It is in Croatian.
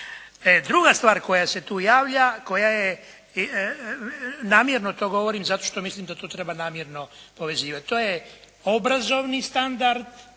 Druga stvar koja se tu javlja koja je namjerno to govorim zato što mislim da to treba namjerno povezivati. To je obrazovni standard